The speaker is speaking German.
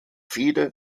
fehde